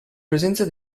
presenza